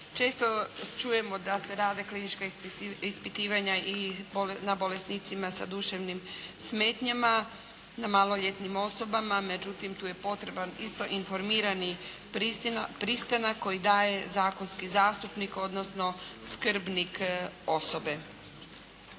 Često čujemo da se rade klinička ispitivanja i na bolesnicima sa duševnim smetnjama, na maloljetnim osobama međutim tu je potreban isto informirani pristanak koji daje zakonski zastupnik odnosno skrbnik osobe.